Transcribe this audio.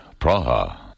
Praha